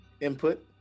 input